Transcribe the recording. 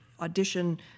audition